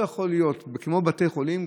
כמו בבתי חולים,